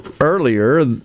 earlier